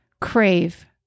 crave